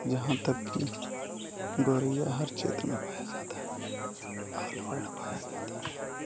जहाँ तक कि गौरय्या हर क्षेत्र में पाया जाता है ऑल वर्ड पाया जाता है